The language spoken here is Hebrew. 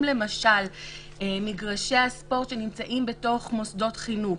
למשל מגרשי הספורט שנמצאים בתוך מוסדות חינוך,